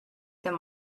them